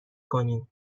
کنیم